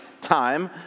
time